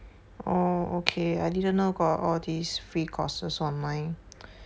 orh okay I didn't know got all these free courses online